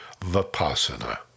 vipassana